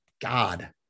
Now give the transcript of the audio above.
God